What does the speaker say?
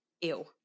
Ew